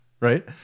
right